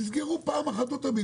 תסגרו פעם אחת ולתמיד.